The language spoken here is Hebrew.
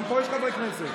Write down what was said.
גם פה יש חברי כנסת.